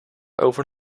over